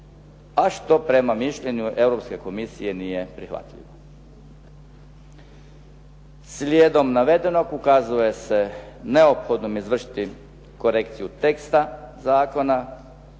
a što prema mišljenju Europske komisije nije prihvatljivo. Slijedom navedenog, ukazuje se neophodnom izvršiti korekciju teksta zakona